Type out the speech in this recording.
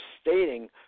stating